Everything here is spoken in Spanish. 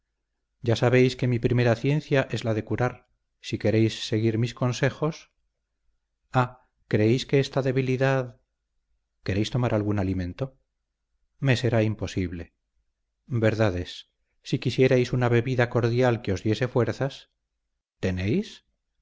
ya sabéis que mi primera ciencia es la de curar si queréis seguir mis consejos ah creéis que esta debilidad queréis tomar algún alimento me será imposible verdad es si quisierais una bebida cordial que os diese fuerzas tenéis